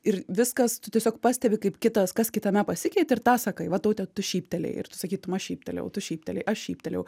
ir viskas tu tiesiog pastebi kaip kitas kas kitame pasikeitė ir tą sakai va taute tu šyptelėjai ir tu sakytum aš šyptelėjau tu šyptelėjai aš šyptelėjau